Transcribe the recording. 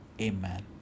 Amen